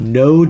no